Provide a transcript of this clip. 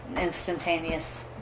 Instantaneous